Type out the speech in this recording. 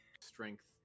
strength